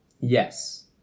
Yes